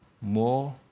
more